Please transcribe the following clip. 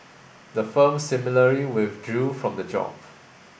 the firm similarly withdrew from the job